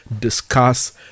discuss